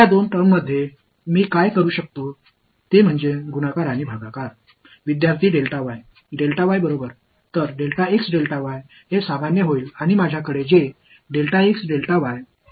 எனவே நாம் முன்பு செய்ததைப் போலவே பெருக்குவதற்கான தந்திரம் காணாமல் போன ஒன்றுடன் வகுப்பதாகும் ஒன்றைக் காணாமல் பிரிப்பதன் மூலம் எங்கள் தந்திரம் இருக்கும்